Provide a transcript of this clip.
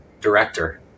director